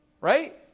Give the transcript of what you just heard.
Right